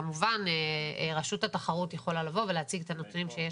כמובן, רשות התחרות יכולה לבוא